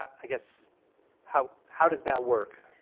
i guess how how does that work?